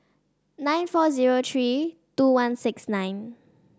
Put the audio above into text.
nine four zero three two one six nine